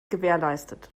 gewährleistet